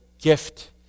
gift